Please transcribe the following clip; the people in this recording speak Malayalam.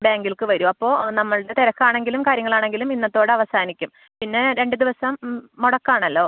ബാങ്കിലേക്ക് വരൂ അപ്പോൾ നമ്മുടെ തിരക്കാണെങ്കിലും കാര്യങ്ങളാണെങ്കിലും ഇന്നത്തോടെ അവസാനിക്കും പിന്നെ രണ്ട് ദിവസം മുടക്കമാണല്ലോ